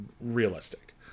realistic